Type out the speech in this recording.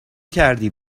کردی